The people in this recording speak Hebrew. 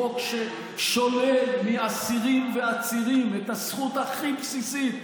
חוק ששולל מאסירים ועצירים את הזכות הכי בסיסית,